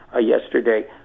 yesterday